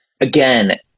again